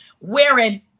wearing